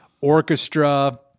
orchestra